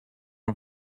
one